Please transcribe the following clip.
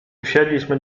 wsiedliśmy